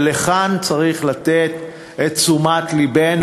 וכאן צריך לתת את תשומת לבנו,